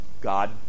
God